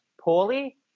poorly